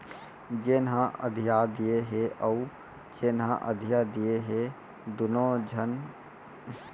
जेन ह अधिया दिये हे अउ जेन ह अधिया लिये हे दुनों झन बिजहा भात ल लगाथें